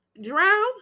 drown